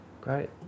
Great